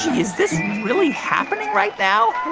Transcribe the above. is this really happening right now?